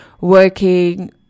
working